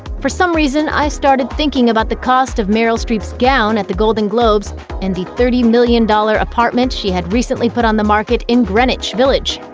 for some reason i started thinking about the cost of meryl streep's gown at the golden globes and the thirty million dollars apartment she had recently put on the market in greenwich village.